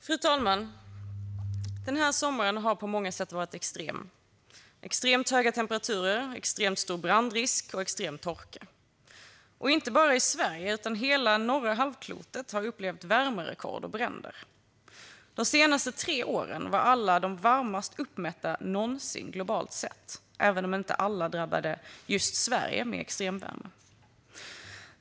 Fru talman! Den här sommaren har på många sätt varit extrem. Det har varit extremt höga temperaturer, extremt stor brandrisk och extrem torka. Inte bara Sverige utan hela norra halvklotet har upplevt värmerekord och bränder. De senaste tre åren var alla, globalt sett, de varmaste uppmätta någonsin, även om inte just Sverige drabbades av extremvärme alla år.